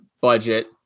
budget